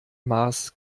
maß